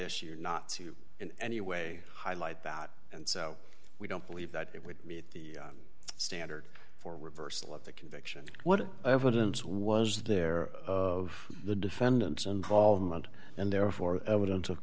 issue or not to in any way highlight that and so we don't believe that it would meet the standard for reversal of the conviction what evidence was there of the defendant's involvement and therefore evidence of